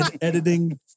editing